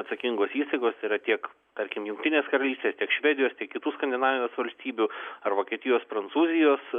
atsakingos įstaigos yra tiek tarkim jungtinės karalystės tiek švedijos tiek kitų skandinavijos valstybių ar vokietijos prancūzijos